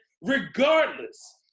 regardless